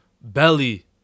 belly